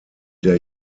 der